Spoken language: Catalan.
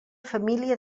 família